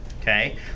Okay